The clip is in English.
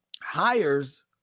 hires